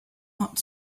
hot